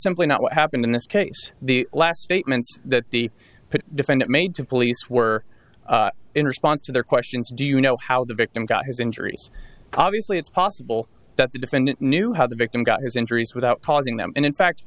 simply not what happened in this case the last statements that the defendant made to police were in response to their questions do you know how the victim got his injuries obviously it's possible that the defendant knew how the victim got his injuries without causing them and in fact